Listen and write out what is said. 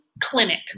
clinic